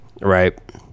Right